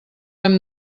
hem